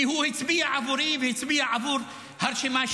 כי הוא הצביע והצביע עבור הרשימה שלי.